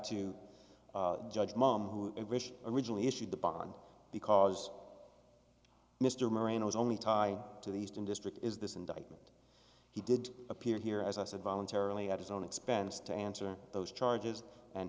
to judge mom who are originally issued the bond because mr marino is only tied to the eastern district is this indictment he did appear here as i said voluntarily at his own expense to answer those charges and